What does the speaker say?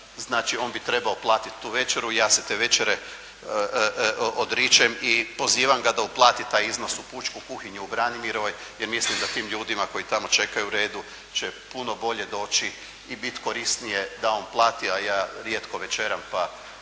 znači on bi trebao platiti tu večera i ja se te večere odričem i pozivam ga da uplati taj iznos u pučku kuhinju u Branimirovoj, jer mislim da tim ljudima koji tamo čekaju u redu će puno bolje doći i biti korisnije da on plati a ja rijetko večeram pa